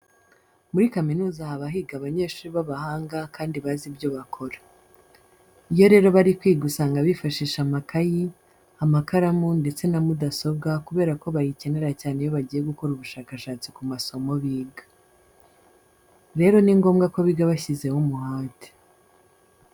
Muri kaminuza haba higa abanyeshuri b'abahanga kandi bazi ibyo bakora. Iyo rero bari kwiga usanga bifashisha amakayi, amakaramu ndetse na mudasobwa kubera ko bayikenera cyane iyo bagiye gukora ubushakashatsi ku masomo biga. Rero ni ngombwa ko biga bashyizeho umuhate.